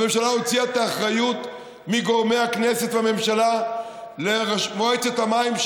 הממשלה הוציאה את האחריות מגורמי הכנסת והממשלה למועצת המים,